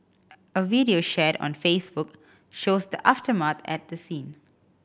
a video shared on Facebook shows the aftermath at the scene